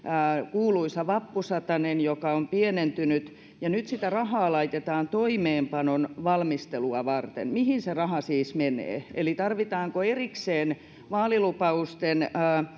kuuluisa vappusatanen joka on pienentynyt ja nyt sitä rahaa laitetaan toimeenpanon valmistelua varten mihin se raha siis menee eli tarvitaanko erikseen vaalilupausten